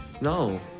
No